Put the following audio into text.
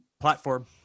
platform